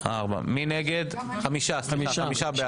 חמישה בעד.